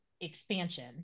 expansion